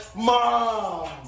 Mom